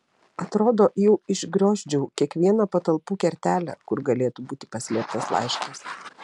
atrodo jau išgriozdžiau kiekvieną patalpų kertelę kur galėtų būti paslėptas laiškas